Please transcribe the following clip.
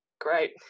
Great